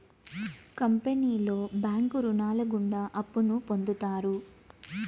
కంపెనీలో బ్యాంకు రుణాలు గుండా అప్పును పొందుతారు